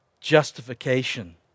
justification